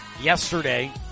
yesterday